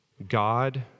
God